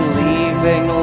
leaving